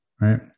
right